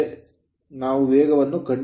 ನಾವು ವೇಗವನ್ನು ಕಂಡುಹಿಡಿಯಬೇಕು